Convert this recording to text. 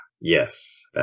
Yes